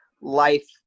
life